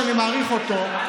שאני מעריך אותו,